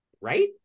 Right